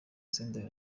senderi